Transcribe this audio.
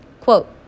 Quote